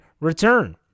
return